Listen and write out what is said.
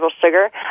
sugar